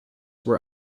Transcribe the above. were